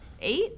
eight